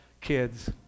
kids